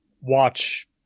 watch